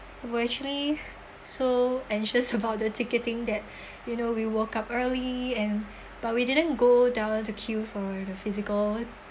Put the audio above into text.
we're actually so anxious about the ticketing that you know we woke up early and but we didn't go down to queue for the physical